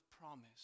promise